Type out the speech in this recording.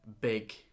big